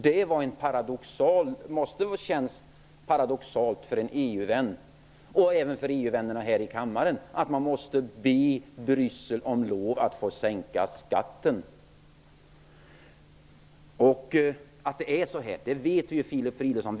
Det måste ha känts paradoxalt för en EU-vän, och även för EU vännerna här i kammaren, att man måste be Bryssel om lov att få sänka skatten. Vi vet ju att det är så här Filip Fridolfsson.